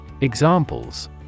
Examples